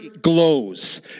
glows